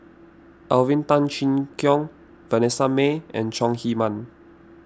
Alvin Tan Cheong Kheng Vanessa Mae and Chong Heman